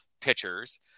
pitchers